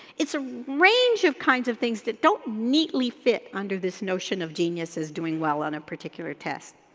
it's a range of kinds of things that don't neatly fit under this notion of geniuses doing well on a particular test.